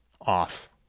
off